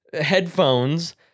headphones